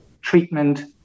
treatment